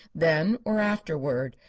then or afterward.